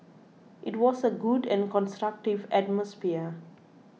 it was a good and constructive atmosphere